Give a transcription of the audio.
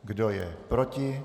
Kdo je proti?